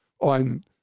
on